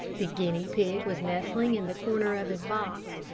the guinea pig was nestling in the corner of his box,